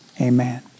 amen